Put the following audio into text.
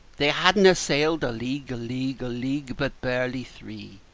they hadna sailed a league, a league, a league but barely three,